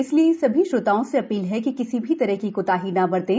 इसलिए सभी श्रोताओं से अपील है कि किसी भी तरह की कोताही न बरतें